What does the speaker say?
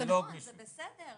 נכון, זה בסדר.